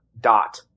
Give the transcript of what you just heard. dot